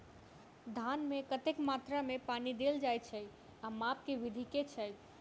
धान मे कतेक मात्रा मे पानि देल जाएँ छैय आ माप केँ विधि केँ छैय?